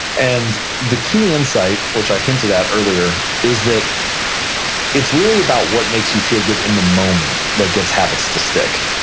and the key insight, which i hinted at earlier, is that it's really about what makes you feel good in the moment that gets habits to stick.